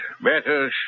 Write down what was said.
Better